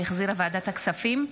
שהחזירה ועדת הכספים,